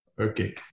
Okay